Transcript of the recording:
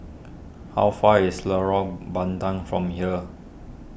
how far is Lorong Bandang from here